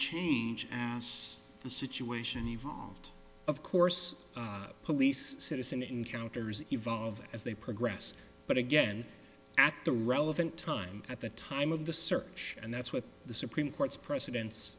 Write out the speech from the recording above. change asked the situation evolved of course police citizen encounters evolve as they progress but again at the relevant time at the time of the search and that's what the supreme court's preceden